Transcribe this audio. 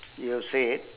you've said